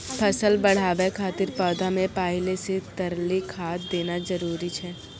फसल बढ़ाबै खातिर पौधा मे पहिले से तरली खाद देना जरूरी छै?